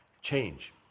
change